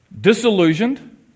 disillusioned